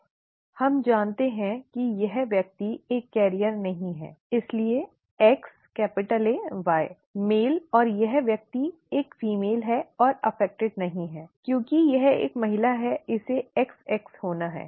हम जानते हैं कि यह व्यक्ति एक वाहक नहीं है इसलिए XAY पुरुष और यह व्यक्ति एक महिला है और प्रभावित नहीं है क्योंकि यह एक महिला है इसे XX होना है